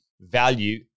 value